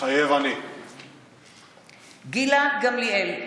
מתחייב אני גילה גמליאל,